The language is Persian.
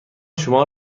شما